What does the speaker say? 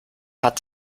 hat